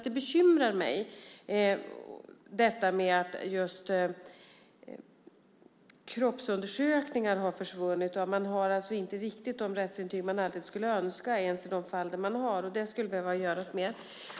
Det bekymrar mig, detta med att kroppsundersökningar har försvunnit. Man har alltså inte riktigt de rättsintyg man alltid skulle önska ens i de fall där man har rättsintyg, och det skulle behöva göras mer.